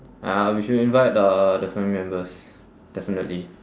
(uh huh) we should invite the the family members definitely